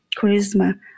charisma